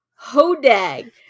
Hodag